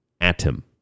Atom